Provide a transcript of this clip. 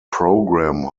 program